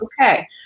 okay